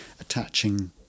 attaching